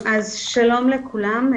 שלום לכולם,